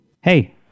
Hey